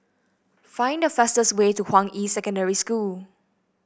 find the fastest way to Hua Yi Secondary School